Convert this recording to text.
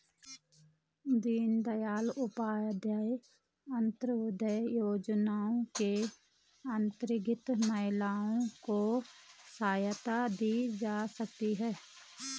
दीनदयाल उपाध्याय अंतोदय योजना के अंतर्गत महिलाओं को सहायता दी जाती है